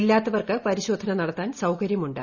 ഇല്ലാത്തവർക്ക് പരിശോധന നടത്താൻ സൌകര്യമുണ്ട്